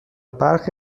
برخی